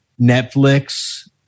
Netflix